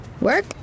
Work